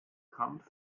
kampf